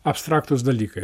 abstraktūs dalykai